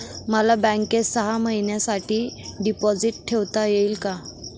मला बँकेत सहा महिन्यांसाठी डिपॉझिट ठेवता येईल का?